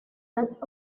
not